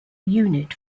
unit